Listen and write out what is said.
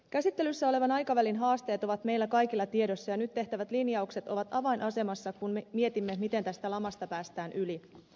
käsittelyssä olevan aikavälin haasteet ovat meillä kaikilla tiedossa ja nyt tehtävät linjaukset ovat avainasemassa kun me mietimme miten tästä lamasta päästään yli